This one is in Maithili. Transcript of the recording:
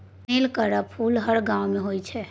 कनेलक केर फुल हर गांव मे होइ छै